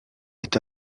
est